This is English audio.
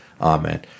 Amen